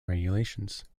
regulations